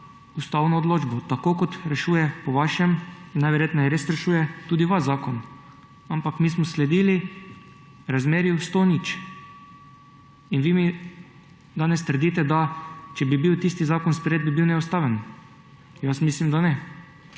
ustavno odločbo, tako kot rešuje, po vašem, najverjetneje res rešuje, tudi vas zakon. Ampak mi smo sledili razmerju 100 : 0. In vi danes trdite, da če bi bil tisti zakon sprejet, bi bil neustaven. Jaz mislim, da ne.